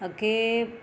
ਅਗੇ